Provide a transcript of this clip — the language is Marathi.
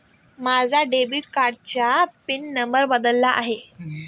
माझ्या डेबिट कार्डाचा पिन नंबर बदलला आहे